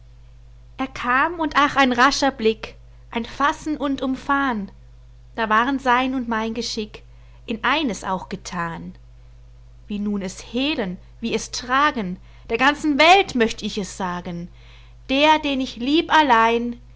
er kam und ach ein rascher blick ein fassen und umfahn da waren sein und mein geschick in eines auch gethan wie nun es hehlen wie es tragen der ganzen welt möcht ich es sagen der den ich lieb allein